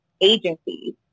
agencies